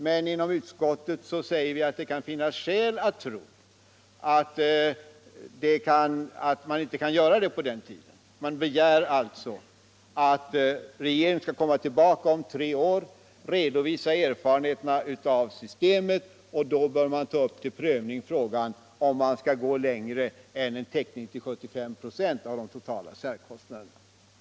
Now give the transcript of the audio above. Men inom utskottet har vi sagt att det kan finnas skäl att tro att man inte lyckas med detta. Därför begär vi att regeringen skall komma tillbaka om tre år och redovisa erfarenheterna av systemet, och då bör frågan huruvida man skall gå längre än till en 75-procentig täckning av de totala särkostnaderna tas upp till prövning.